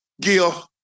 Gil